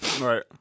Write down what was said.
right